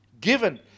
given